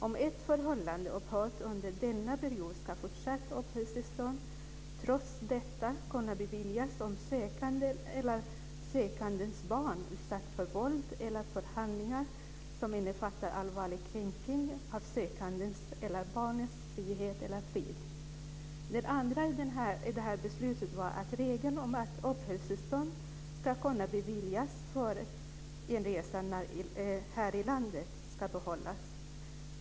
Om ett förhållande upphört under denna period ska fortsatt uppehållstillstånd trots detta kunna beviljas om sökanden eller sökandens barn utsatts för våld eller för handlingar som innefattar allvarlig kränkning av sökandens eller barnets frihet eller frid." Det andra i det här beslutet var att: "Regeln om att uppehållstillstånd ska ha beviljats före inresa här i landet ska behållas.